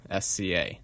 SCA